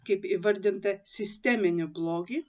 kaip įvardinta sisteminį blogį